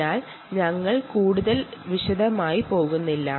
അതിനാൽ ഞങ്ങൾ കൂടുതൽ വിശദാംശങ്ങളിലേക്ക് പോകുന്നില്ല